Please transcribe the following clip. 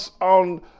on